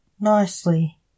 nicely